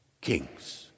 kings